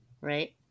Right